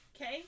Okay